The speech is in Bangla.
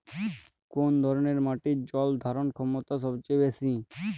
কোন ধরণের মাটির জল ধারণ ক্ষমতা সবচেয়ে বেশি?